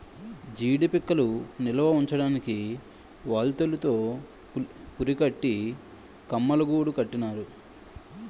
జీడీ పిక్కలు నిలవుంచడానికి వౌల్తులు తో పురికట్టి కమ్మలగూడు కట్టినారు